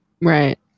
Right